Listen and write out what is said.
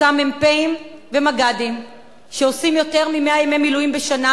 אותם מ"פים ומג"דים שעושים יותר מ-100 ימי מילואים בשנה,